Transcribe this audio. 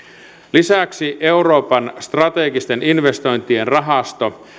lisäksi euroopan strategisten investointien rahasto